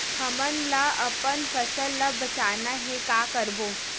हमन ला अपन फसल ला बचाना हे का करबो?